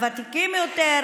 הוותיקים יותר,